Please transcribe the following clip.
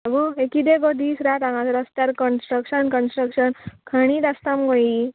आगो हे कितें गो दीस रात हांगासर रस्त्यार कंस्ट्रक्शन कंस्ट्रक्शन खणीत आसता मुगो ही